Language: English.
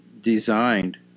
designed